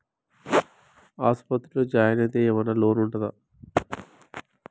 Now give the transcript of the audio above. ఆస్పత్రి లో జాయిన్ అయితే ఏం ఐనా లోన్ ఉంటదా?